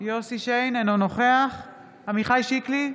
אינו נוכח עמיחי שיקלי,